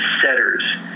setters